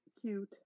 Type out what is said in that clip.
cute